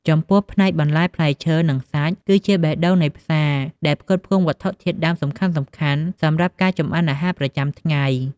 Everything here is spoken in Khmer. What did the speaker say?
ចំពោះផ្នែកបន្លែ ផ្លែឈើ និងសាច់ គឺជាបេះដូងនៃផ្សារ ដែលផ្គត់ផ្គង់វត្ថុធាតុដើមសំខាន់ៗសម្រាប់ការចម្អិនអាហារប្រចាំថ្ងៃ។